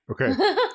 Okay